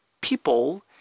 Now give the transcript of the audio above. people